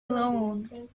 alone